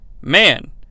Man